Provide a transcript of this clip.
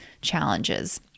challenges